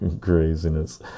craziness